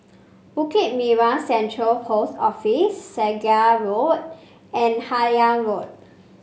Bukit Merah Central Post Office Segar Road and Harlyn Road